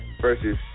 versus